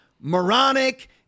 moronic